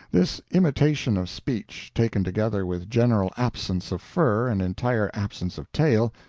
this imitation of speech, taken together with general absence of fur and entire absence of tail,